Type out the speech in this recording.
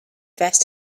vest